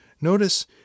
Notice